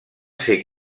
ser